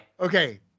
Okay